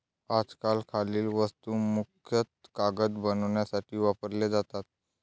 आजकाल खालील वस्तू मुख्यतः कागद बनवण्यासाठी वापरल्या जातात